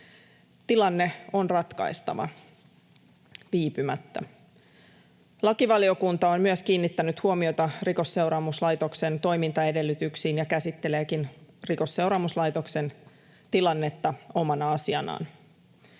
Tilanne on ratkaistava, viipymättä. Lakivaliokunta on myös kiinnittänyt huomiota Rikosseuraamuslaitoksen toimintaedellytyksiin ja käsitteleekin Rikosseuraamuslaitoksen tilannetta omana asianaan.